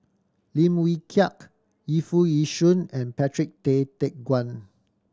Lim Wee Kiak Yu Foo Yee Shoon and Patrick Tay Teck Guan